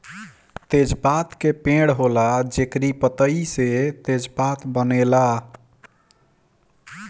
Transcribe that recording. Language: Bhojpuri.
तेजपात के पेड़ होला जेकरी पतइ से तेजपात बनेला